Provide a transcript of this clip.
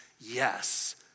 yes